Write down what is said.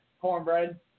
Cornbread